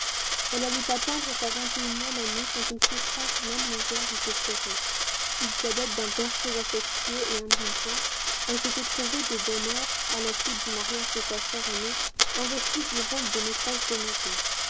elle allait atteindre sa vingt et unième année sans qu'une souffrance même légère l'eût effleurée fille cadette d'un père très affectueux et indulgent elle s'était trouvée de bonne heure à la suite du mariage de sa sœur aînée investie du rôle de maîtresse de maison